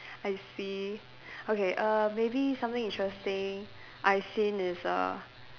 I see okay err maybe something interesting I've seen is a